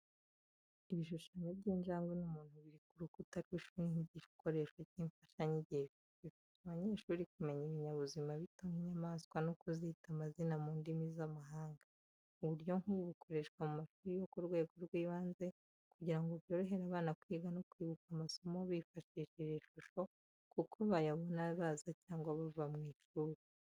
Ibishushanyo by'injangwe n'umuntu biri ku rukuta rw’ishuri nk’igikoresho cy’imfashanyigisho. Bifasha abanyeshuri kumenya ibinyabuzima bito nk’inyamaswa no kuzita amazina mu ndimi z’amahanga. Uburyo nk’ubu bukoreshwa mu mashuri yo ku rwego rw’ibanze kugira ngo byorohere abana kwiga no kwibuka amasomo bifashishije ishusho kuko bayabona baza cyangwa bava mu ishuri.